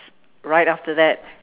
right after that